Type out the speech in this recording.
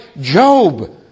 Job